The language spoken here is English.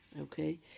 okay